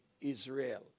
Israel